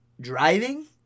Driving